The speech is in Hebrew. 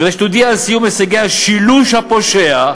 וכדי שתודיע על סיום הישגי השילוש הפושע,